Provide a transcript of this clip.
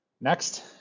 Next